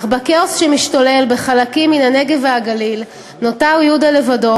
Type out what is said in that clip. אך בכאוס שמשתולל בחלקים מן הנגב והגליל נותר יהודה לבדו